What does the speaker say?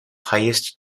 highest